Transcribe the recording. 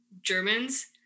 Germans